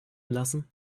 lassen